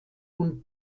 und